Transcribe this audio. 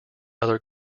other